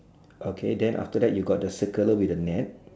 okay then after that you got a circular with a net